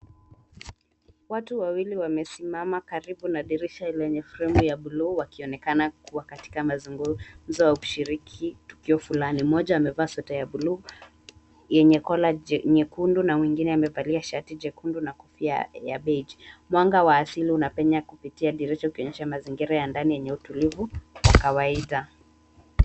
Watu wawili wamesimama karibu na dirisha lenye fremu ya bluu wakionekana kuwa katika mazungumzo ya kushiriki tukio fulani. Mmoja amevaa sweta ya bluu yenye collar nyekundu na mwingine amevalia shati jekundu na kofia ya belge .Mwanga wa asili unapenya kupitia dirisha ukionyesha mazingira ya ndani, yenye utulivu wa kawaida.